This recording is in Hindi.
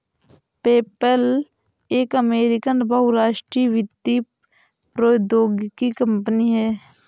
पेपैल एक अमेरिकी बहुराष्ट्रीय वित्तीय प्रौद्योगिकी कंपनी है